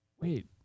wait